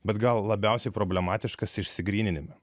bet gal labiausiai problematiškas išsigryninimą